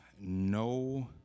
no